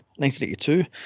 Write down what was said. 1982